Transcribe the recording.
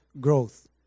growth